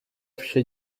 vše